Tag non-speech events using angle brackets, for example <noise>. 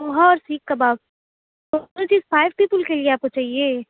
پوہا اور سیخ کباب <unintelligible> صرف five people کے لیے آپ کو چاہیے